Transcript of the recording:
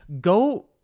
go